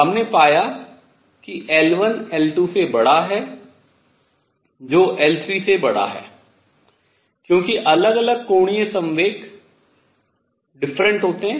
हमने पाया कि L1 L2 से बड़ा है जो L3 से बड़ा है क्योंकि अलग अलग कोणीय संवेग भिन्न होते हैं